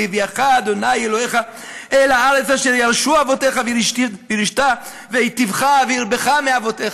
והביאך ה' אלהיך אל הארץ אשר ירשו אבתיך וירשתה והיטבך והרבך מאבתיך".